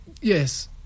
yes